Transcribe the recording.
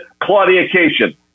claudication